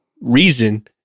reason